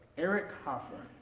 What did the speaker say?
eric hoffer.